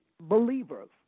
believers